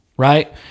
right